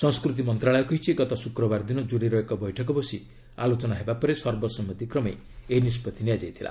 ସଂସ୍କୃତି ମନ୍ତ୍ରଣାଳୟ କହିଛି ଗତ ଶୁକ୍ରବାର ଦିନ କୁରୀ ର ଏକ ବୈଠକ ବସି ଆଲୋଚନା ହେବା ପରେ ସର୍ବସମ୍ମତିକ୍ରମେ ଏହି ନିଷ୍କଭି ନିଆଯାଇଥିଲା